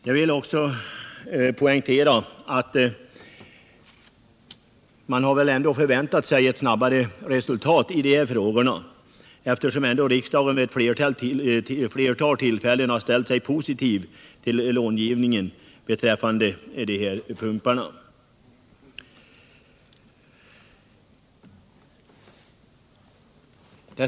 Jag vill också poängtera att man faktiskt hade förväntat sig ett snabbare resultat i de frågorna, eftersom riksdagen vid ett flertal tillfällen har ställt sig positiv till långivningen beträffande pumparna.